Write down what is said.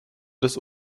das